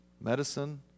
medicine